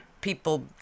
people